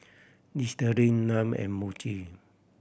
Listerine Nan and Muji